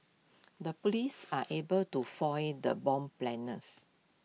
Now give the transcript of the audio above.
the Police are able to foil the bomber's planners